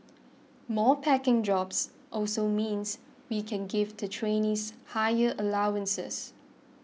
more packing jobs also means we can give the trainees higher allowances